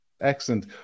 Excellent